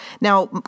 Now